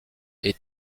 est